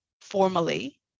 formally